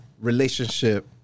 relationship